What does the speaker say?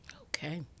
Okay